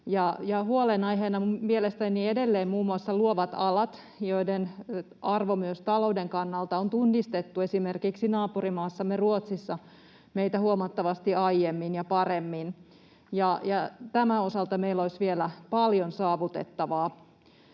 Huolenaiheena ovat mielestäni edelleen muun muassa luovat alat, joiden arvo myös talouden kannalta on tunnistettu esimerkiksi naapurimaassamme Ruotsissa meitä huomattavasti aiemmin ja paremmin, ja tämän osalta meillä olisi vielä paljon saavutettavaa.